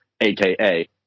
AKA